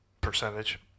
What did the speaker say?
percentage